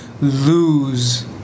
lose